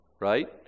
Right